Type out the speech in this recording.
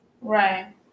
right